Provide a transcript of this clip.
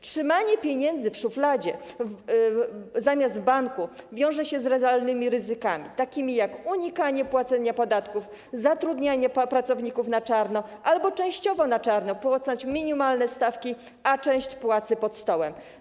Trzymanie pieniędzy w szufladzie zamiast w banku wiąże się z realnymi ryzykami, takimi jak unikanie płacenia podatków, zatrudnianie pracowników na czarno albo częściowo na czarno, tak by wpłacać minimalne stawki, a część płacy pod stołem.